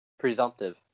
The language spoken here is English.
Presumptive